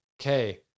okay